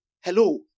Hello